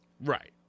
Right